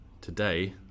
Today